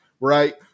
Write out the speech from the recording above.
right